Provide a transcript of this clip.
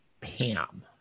Pam